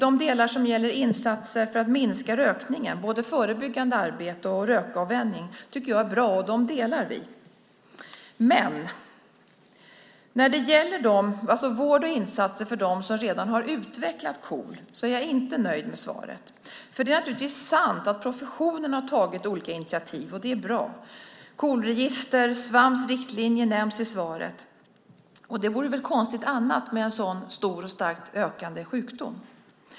De delar som gäller insatser för att minska rökningen, både förebyggande arbete och rökavvänjning, tycker jag är bra. Vi delar uppfattningen om dem. Men när det gäller vård och insatser för dem som redan har utvecklat KOL är jag inte nöjd med svaret. Det är naturligtvis sant att professionen har tagit olika initiativ, och det är bra. Ett KOL-register och Socialstyrelsens riktlinjer för vård av astma och KOL nämns i svaret. Det vore väl konstigt annars när det handlar om en sjukdom där antalet drabbade ökar.